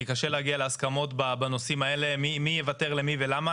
כי קשה להגיע להסכמות בנושאים האלה - מי יוותר למי ולמה.